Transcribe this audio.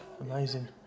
Amazing